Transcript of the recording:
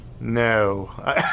No